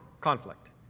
conflict